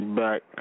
back